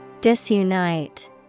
Disunite